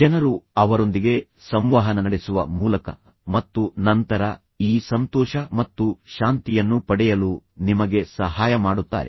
ಜನರು ಅವರೊಂದಿಗೆ ಸಂವಹನ ನಡೆಸುವ ಮೂಲಕ ಮತ್ತು ನಂತರ ನಿಮ್ಮ ಸಂತೋಷ ಮತ್ತು ಶಾಂತಿಗೆ ಕೊಡುಗೆ ನೀಡುವ ಮೂಲಕ ಈ ಸಂತೋಷ ಮತ್ತು ಶಾಂತಿಯನ್ನು ಪಡೆಯಲು ನಿಮಗೆ ಸಹಾಯ ಮಾಡುತ್ತಾರೆ